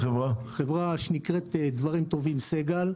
שנקראת "דברים טובים סגל".